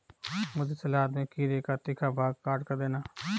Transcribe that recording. मुझे सलाद में खीरे का तीखा भाग काटकर देना